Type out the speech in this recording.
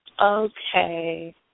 Okay